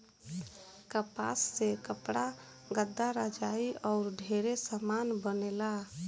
कपास से कपड़ा, गद्दा, रजाई आउर ढेरे समान बनेला